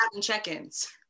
check-ins